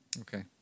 Okay